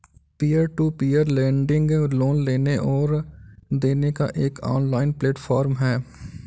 peer to peer lending loan लेने और देने का एक ऑनलाइन प्लेटफ़ॉर्म है